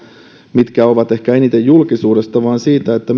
mitkä ovat ehkä eniten julkisuudessa vaan siitä että